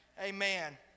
Amen